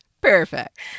Perfect